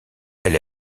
elle